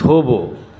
થોભો